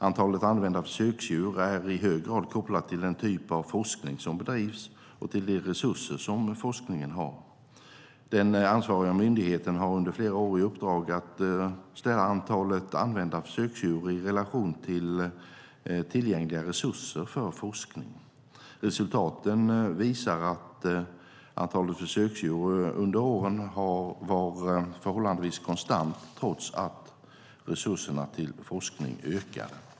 Antalet använda försöksdjur är i hög grad kopplat till den typ av forskning som bedrivs och till de resurser som forskningen har. Den ansvariga myndigheten har under flera år haft i uppdrag att ställa antalet använda försöksdjur i relation till tillgängliga resurser för forskning. Resultaten visar att antalet försöksdjur under åren varit förhållandevis konstant trots att resurserna till forskning ökade.